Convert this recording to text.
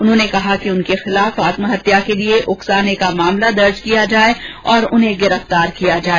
उन्होंने कहा कि उनके खिलाफ आत्महत्या के लिए उकसाने का मामला दर्ज किया जाए और उन्हें गिरफ़तार किया जाए